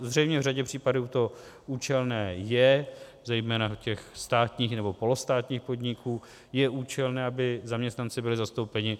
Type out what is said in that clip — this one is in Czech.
Zřejmě v řadě případů to účelné je, zejména u státních nebo polostátních podniků je účelné, aby zaměstnanci byli zastoupeni.